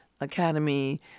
academy